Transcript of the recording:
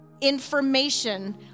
information